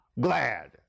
Glad